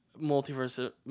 multiverse